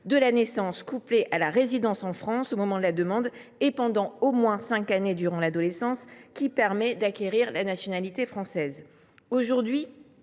de la naissance couplée à la résidence en France au moment de la demande et pendant au moins cinq années durant l’adolescence, qui permet d’acquérir la nationalité française. Vous nous